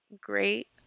great